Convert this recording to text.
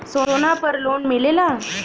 सोना पर लोन मिलेला?